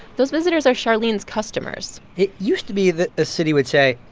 those visitors are charlene's customers it used to be that a city would say,